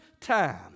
time